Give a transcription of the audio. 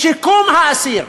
בשיקום האסיר,